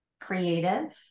Creative